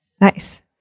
Nice